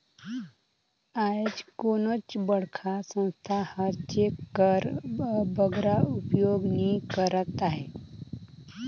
आएज कोनोच बड़खा संस्था हर चेक कर बगरा उपयोग नी करत अहे